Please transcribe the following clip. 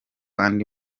andi